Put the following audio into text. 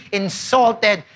insulted